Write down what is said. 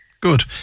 Good